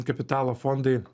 kapitalo fondai